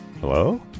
Hello